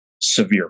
severe